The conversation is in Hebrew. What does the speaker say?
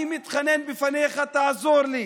אני מתחנן בפניך, תעזור לי,